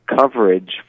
coverage